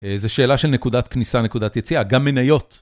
אה, זה שאלה של נקודת כניסה, נקודת יציאה, גם מניות.